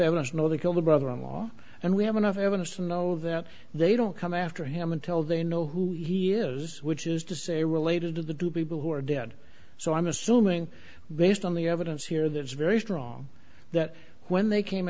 know they killed the brother in law and we have enough evidence to know that they don't come after him until they know who he is which is to say related to the do people who are dead so i'm assuming based on the evidence here there's very strong that when they came